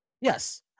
Yes